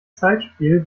zeitspiel